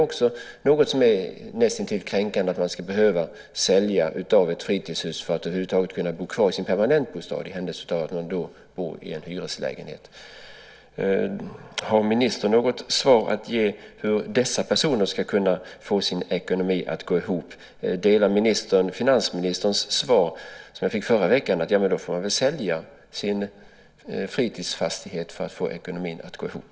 Det är näst intill kränkande att man ska behöva sälja sitt fritidshus för att över huvud taget kunna bo kvar i sin permanentbostad för den händelse att man inte bor i hyreslägenhet. Har ministern något svar att ge om hur dessa personer ska kunna få sin ekonomi att gå ihop? Delar ministern finansministerns svar som jag fick förra veckan, nämligen att man väl får sälja sin fritidsfastighet för att få ekonomin att gå ihop?